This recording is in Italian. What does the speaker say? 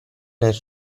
nel